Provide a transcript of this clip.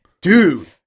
dude